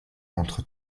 entre